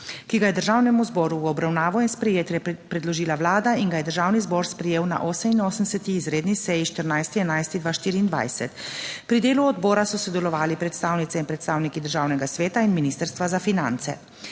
ki ga je Državnemu zboru v obravnavo in sprejetje predložila Vlada in ga je Državni zbor sprejel na 88. izredni seji 14. 11. 2024. Pri delu odbora so sodelovali predstavnice in predstavniki Državnega sveta in Ministrstva za finance.